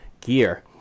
gear